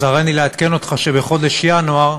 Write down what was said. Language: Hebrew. אז הריני לעדכן אותך שבחודש ינואר,